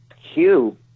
Hugh